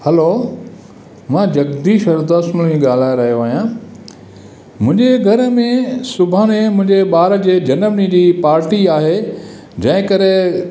हलो मां जगदीश हरदासनाणी ॻाल्हाए रहियो आहियां मुंहिंजे घर में सुभाणे मुंहिंजे ॿार जे जनमु ॾींहं जी पार्टी आहे जंहिं करे